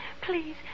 Please